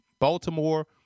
Baltimore